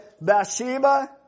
Bathsheba